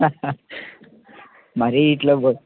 మరి ఇట్లా